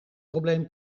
probleem